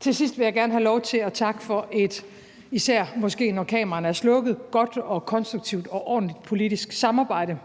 Til sidst vil jeg gerne have lov til at takke for et – måske især når kameraerne er slukket – godt og konstruktivt og ordentligt politisk samarbejde